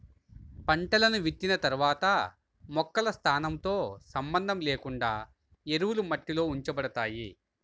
పంటలను విత్తిన తర్వాత మొక్కల స్థానంతో సంబంధం లేకుండా ఎరువులు మట్టిలో ఉంచబడతాయి